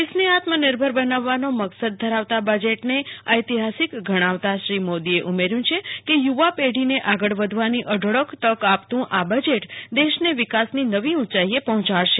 દેશને આત્મનિર્ભર બનાવાનો મકસદ ધરાવતા બજેટને ઐતિહાસીક ગણાવતા શ્રી મોદી એ ઉમેર્યું છે કે યુવા પેઢીને આગળ વધવાની અઢળક તક આપતું આ બજેટ દેશને વિકાસની નવી ઊંચાઈ એ પહોંચાડશે